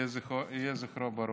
יהי זכרו ברוך.